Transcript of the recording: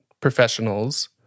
professionals